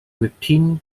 within